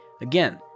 Again